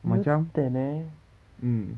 newton eh